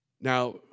Now